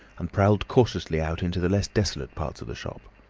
and prowled cautiously out into the less desolate parts of the shop.